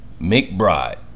McBride